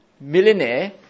millionaire